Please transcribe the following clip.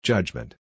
Judgment